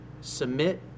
submit